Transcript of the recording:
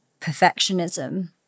perfectionism